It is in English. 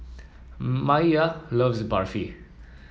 Maiya loves Barfi